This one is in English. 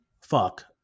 fuck